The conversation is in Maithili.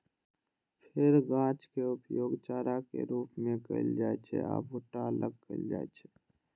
फेर गाछक उपयोग चाराक रूप मे कैल जाइ छै आ भुट्टा अलग कैल जाइ छै